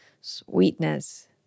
sweetness